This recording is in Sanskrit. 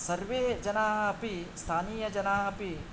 सर्वे जनाः अपि स्थानीयजनाः अपि